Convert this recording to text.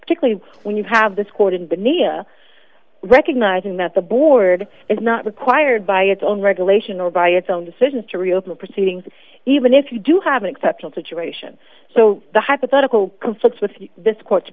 particularly when you have this court in beneath recognizing that the board is not required by its own regulation or by its own decisions to reopen proceedings even if you do have an exceptional situation so the hypothetical conflicts with this court